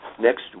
next